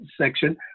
section